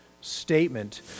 statement